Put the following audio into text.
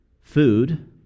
food